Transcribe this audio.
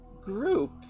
group